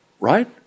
right